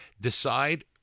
decide